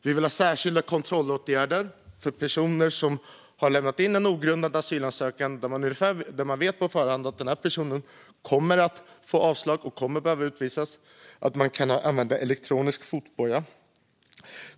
Vi vill ha särskilda kontrollåtgärder för personer som har lämnat in en ogrundad asylansökan och där man på förhand vet att denna person kommer att få avslag och kommer att utvisas. Vi vill att man ska kunna använda elektronisk fotboja.